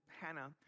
Hannah